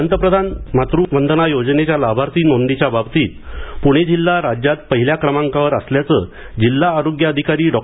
पंतप्रधान मातृवंदना योजनेच्या लाभार्थी नोंदीच्या बाबतीत पुणे जिल्हा राज्यात पहिल्या क्रमांकावर असल्याचं जिल्हा आरोग्य अधिकारी डॉ